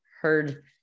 heard